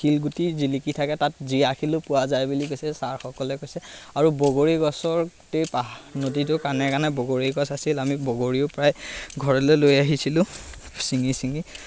শিলগুটি জিলিকি থাকে তাত জীয়া শিলো পোৱা যায় বুলি কৈছে চাৰসকলে কৈছে আৰু বগৰী গছৰ গোটেই পাহ নদীটোৰ কাণে কাণে বগৰী গছ আছিল আমি বগৰীও প্ৰায় ঘৰলৈ লৈ আহিছিলোঁ ছিঙি ছিঙি